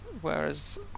Whereas